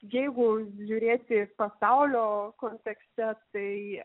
jeigu žiūrėti pasaulio kontekste tai